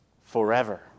forever